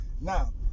Now